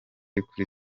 kuri